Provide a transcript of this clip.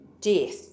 death